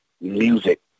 music